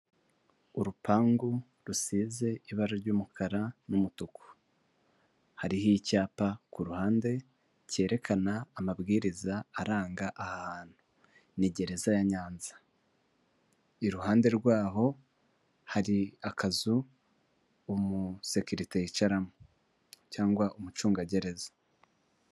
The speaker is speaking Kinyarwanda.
Urupangu rusize ibara ry'umukara n'umutuku, hariho icyapa ku ruhande kerekana amabwiriza aranga ahantu, ni gereza ya Nyanza, iruhande rwaho hari akazu umusekirite yicaramo cyangwa umucungagereza.